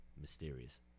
mysterious